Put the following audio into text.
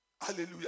Hallelujah